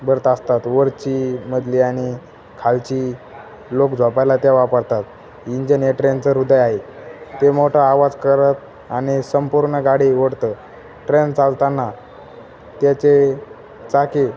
बरत असतात वरची मदली आणि खालची लोक झोपायला त्या वापरतात इंजन हे ट्रेनच हृदय आहे ते मोठं आवाज करत आणि संपूर्ण गाडी ओढतं ट्रेन चालताना त्याचे चाके